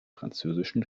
französischen